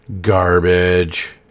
Garbage